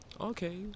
Okay